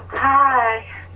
Hi